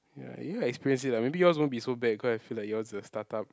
ya you'll experience lah maybe yours won't be so bad cause I feel like yours is a startup